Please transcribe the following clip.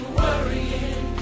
worrying